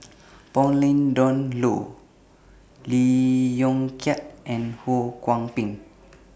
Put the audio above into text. Pauline Dawn Loh Lee Yong Kiat and Ho Kwon Ping